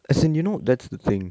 as in you know that's the thing